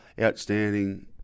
Outstanding